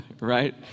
right